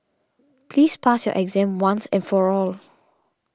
please pass your exam once and for all